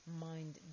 mind